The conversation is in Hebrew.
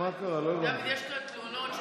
יש זמן: חמש דקות, שלוש דקות, ארבע דקות נוספות.